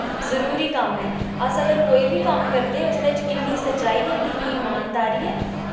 जरूरी कम्म ऐ अस अगर कोई बी कम्म करदे उसदे च किन्नी सच्चाई ऐ किन्नी ईमानदारी ऐ